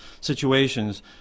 situations